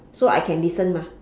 so I can listen mah